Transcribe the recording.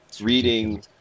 reading